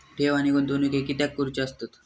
ठेव आणि गुंतवणूक हे कित्याक करुचे असतत?